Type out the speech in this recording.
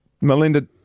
Melinda